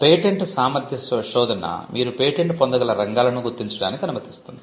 patent సామర్థ్య శోధన మీరు పేటెంట్ పొందగల రంగాలను గుర్తించడానికి అనుమతిస్తుంది